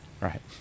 Right